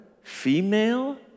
female